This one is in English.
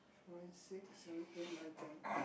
five six seven eight nine ten